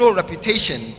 reputation